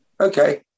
okay